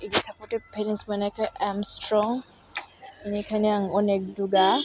बिदि supportive parents मोननायखाइ I'm strong बिनिखाइनो आं अनेक दुगा